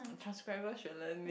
transparent should I mean